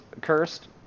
cursed